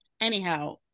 Anyhow